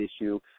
issue